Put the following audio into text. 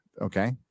Okay